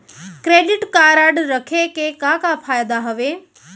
Credit card रखे के का का फायदा हवे?